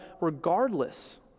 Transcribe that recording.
regardless